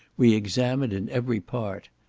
we examined in every part.